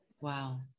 Wow